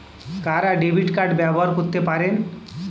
কারা debit card ব্যবহার করতে পারেন?